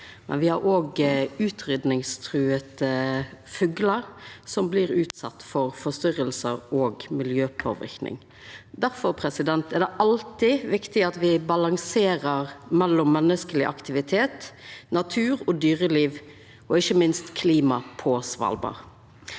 Me har òg utryddingstrua fuglar som blir utsette for forstyrringar og miljøpåverknad. Difor er det alltid viktig at me balanserer mellom menneskeleg aktivitet, natur og dyreliv og ikkje minst klimaet på Svalbard.